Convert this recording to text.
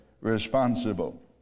responsible